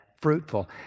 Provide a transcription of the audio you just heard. fruitful